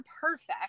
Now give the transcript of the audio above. perfect